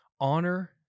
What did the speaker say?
honor